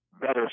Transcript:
better